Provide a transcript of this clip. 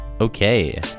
Okay